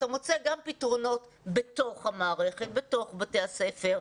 אתה מוצא גם פתרונות בתוך בתי הספר.